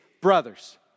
brothers